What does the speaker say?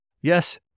Yes